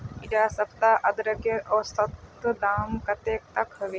इडा सप्ताह अदरकेर औसतन दाम कतेक तक होबे?